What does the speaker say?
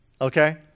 Okay